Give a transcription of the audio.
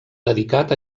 dedicat